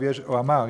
הוא אמר,